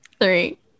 three